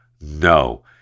no